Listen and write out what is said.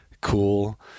cool